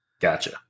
Gotcha